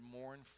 mourn